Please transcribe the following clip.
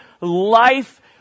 life